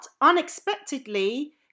unexpectedly